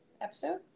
episode